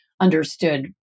understood